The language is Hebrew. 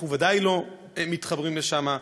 אנחנו ודאי לא מתחברים לשם.